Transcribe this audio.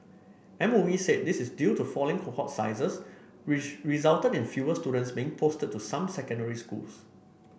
M O E said this is due to falling cohort sizes which resulted in fewer students being posted to some secondary schools